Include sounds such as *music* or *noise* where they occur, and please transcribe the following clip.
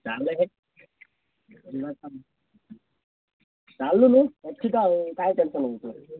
ଚାଲେ ହେ *unintelligible* ଚାଲୁନୁ ଅଛି ତ ଆଉ କାଇଁ ଟେନସନ୍ ହେଉଛୁ